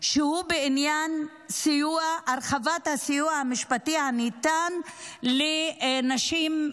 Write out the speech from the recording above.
שהוא בעניין הרחבת הסיוע המשפטי הניתן לנשים,